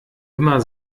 immer